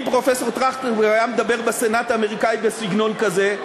אם פרופסור טרכטנברג היה מדבר בסנאט האמריקני בסגנון כזה,